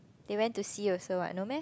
they went to see also what no meh